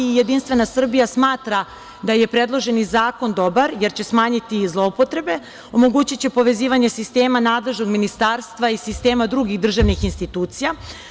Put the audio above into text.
Jedinstvena Srbija smatra da je predloženi zakon dobar, jer će smanjiti zloupotrebe, omogućiće povezivanje sistema nadležnog ministarstva i sistema drugih državnih institucija.